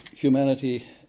Humanity